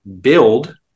build